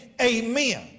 amen